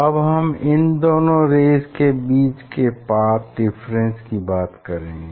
अब हम इन दोनों रेज़ के बीच के पाथ डिफरेंस की बात करेंगे